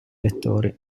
lettori